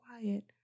quiet